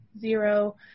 zero